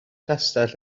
castell